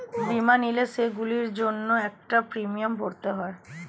বীমা নিলে, সেগুলোর জন্য একটা প্রিমিয়াম ভরতে হয়